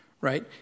Right